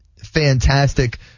fantastic